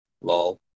Lol